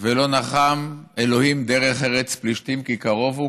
ולא נחם ה' דרך ארץ פלִשתים כי קרוב הוא